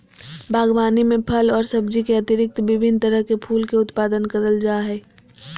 बागवानी में फल और सब्जी के अतिरिक्त विभिन्न तरह के फूल के उत्पादन करल जा हइ